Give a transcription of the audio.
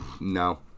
no